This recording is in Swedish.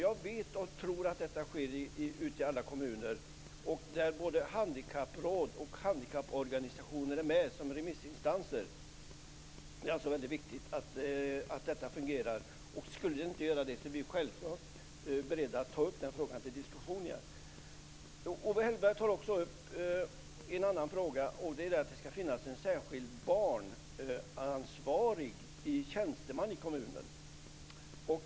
Jag tror att detta sker ute i alla kommuner, där både handikappråd och handikapporganisationer är med som remissinstanser. Det är viktigt att detta fungerar. Skulle det inte göra det, är vi självfallet beredda att ta upp frågan till diskussion igen. Owe Hellberg tar också upp att det skall finnas en särskild barnansvarig tjänsteman i kommunerna.